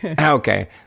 Okay